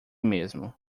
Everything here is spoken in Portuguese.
mesmo